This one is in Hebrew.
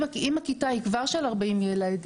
אם הכיתה היא כבר של 40 ילדים,